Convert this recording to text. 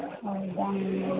ಹೌದ